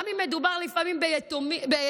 גם אם מדובר לפעמים בתאומים.